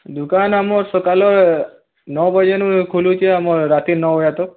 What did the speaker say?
ଦୁକାନ୍ ଆମର୍ ସକାଲର୍ ନଅ ବଜେନୁ ଖୁଲୁଛେ ଆମର୍ ରାତିର୍ ନଅ ବଜେ ତକ୍